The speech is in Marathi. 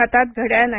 हातात घड्याळ नाही